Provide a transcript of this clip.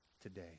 today